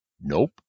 Nope